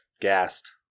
gassed